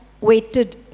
waited